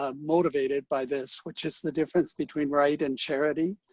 ah motivated by this, which is the difference between right and charity.